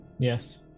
Yes